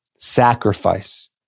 Sacrifice